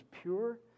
pure